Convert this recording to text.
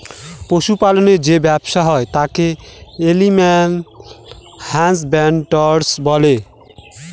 পশু পালনের যে ব্যবসা হয় তাকে এলিম্যাল হাসব্যানডরই বলে